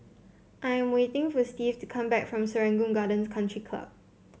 I am waiting for Steve to come back from Serangoon Gardens Country Club